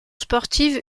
sportive